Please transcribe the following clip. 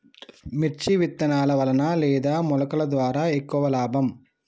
మిర్చి విత్తనాల వలన లేదా మొలకల ద్వారా ఎక్కువ లాభం?